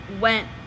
went